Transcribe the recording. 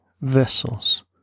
vessels